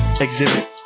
Exhibit